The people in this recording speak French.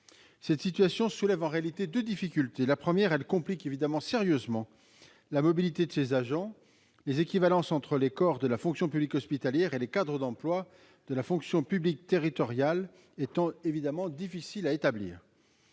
Cette situation soulève deux difficultés. Tout d'abord, elle complique sérieusement la mobilité des agents, les équivalences entre les corps de la fonction publique hospitalière et les cadres d'emploi de la fonction publique territoriale étant difficiles à établir.